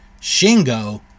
Shingo